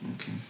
Okay